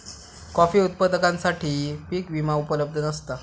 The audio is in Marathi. कॉफी उत्पादकांसाठी पीक विमा उपलब्ध नसता